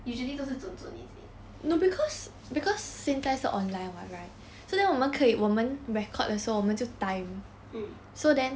usually 都是准准 is it mm